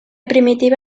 primitiva